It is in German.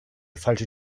falsche